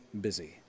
busy